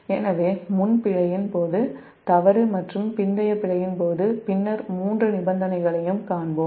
எனவேமுன் பிழையின் போது தவறு மற்றும் பிந்தைய பிழையின் போது பின்னர் மூன்று நிபந்தனைகளையும் காண்போம்